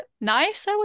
nice